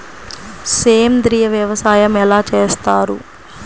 సేంద్రీయ వ్యవసాయం ఎలా చేస్తారు?